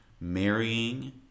marrying